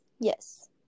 Yes